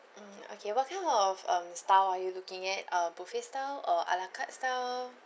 mm okay what kind of um style are you looking at uh buffet style or a la carte style